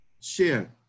share